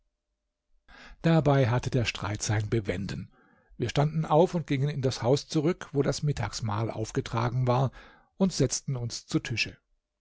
dabei hatte der streit sein bewenden wir standen auf und gingen in das haus zurück wo das mittagsmahl aufgetragen war und setzten uns zu tische